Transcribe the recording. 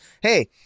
hey